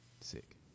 Sick